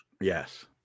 Yes